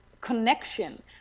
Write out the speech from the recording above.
connection